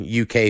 uk